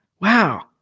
wow